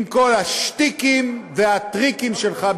עם כל השטיקים והטריקים שלך,